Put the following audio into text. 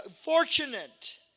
fortunate